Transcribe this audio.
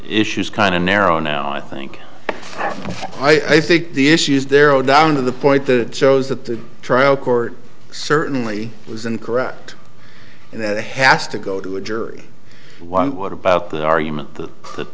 issues kind of narrow now i think i think the issues there oh down to the point the shows that the trial court certainly was incorrect and that has to go to a jury one what about the argument that